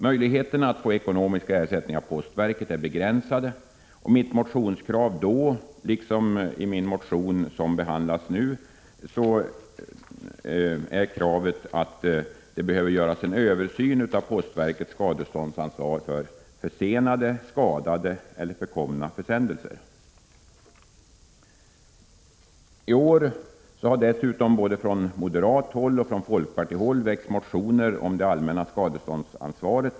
Möjligheterna att få ekonomisk ersättning av postverket är begränsade, och mitt motionskrav förra gången liksom i år är att det skall göras en översyn I år har det dessutom från både moderat håll och folkpartihåll väckts motioner om det allmännas skadeståndsansvar.